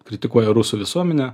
kritikuoja rusų visuomenę